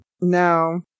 No